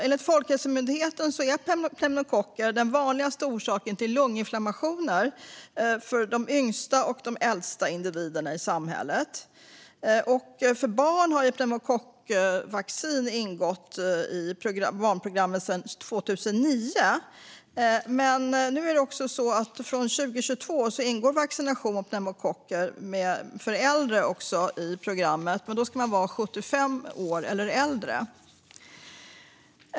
Enligt Folkhälsomyndigheten är pneumokocker den vanligaste orsaken till lunginflammationer för de yngsta och de äldsta individerna i samhället. För barn har pneumokockvaccin ingått i det allmänna vaccinationsprogrammet för barn sedan 2009. Från 2022 ingår vaccination mot pneumokocker för äldre också i programmet, men då ska man vara 75 år eller äldre.